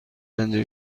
پنجاه